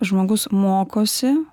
žmogus mokosi